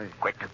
Quick